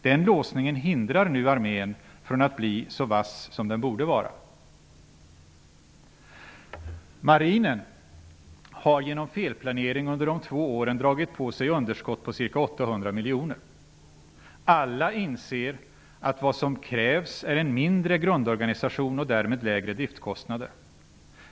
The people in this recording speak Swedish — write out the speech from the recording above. Den låsningen hindrar nu armén från att bli så vass som den borde vara. Marinen har genom felplanering under de två åren dragit på sig underskott på ca 800 miljoner. Alla inser att vad som krävs är en mindre grundorganisation och därmed lägre driftskostnader.